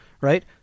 Right